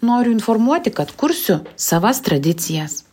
noriu informuoti kad kursiu savas tradicijas